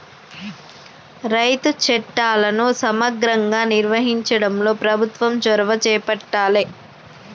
రైతు చట్టాలను సమగ్రంగా నిర్వహించడంలో ప్రభుత్వం చొరవ చేపట్టాలె